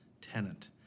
tenant